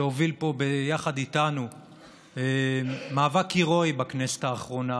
שהוביל פה יחד איתנו מאבק הירואי בכנסת האחרונה